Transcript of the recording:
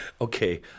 Okay